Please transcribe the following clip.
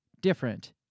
different